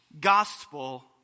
gospel